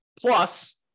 Plus